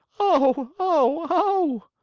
oh oh oh!